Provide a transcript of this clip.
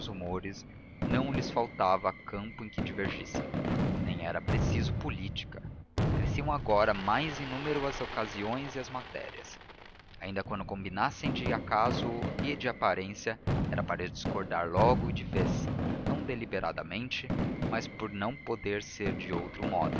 rumores não lhes faltava campo em que divergissem nem era preciso política cresciam agora mais em número as ocasiões e as matérias ainda quando combinassem de acaso e de aparência era para discordar logo e de vez não deliberadamente mas por não poder ser de outro